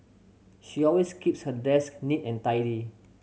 she always keeps her desk neat and tidy